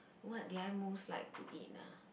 what did I most like to eat ah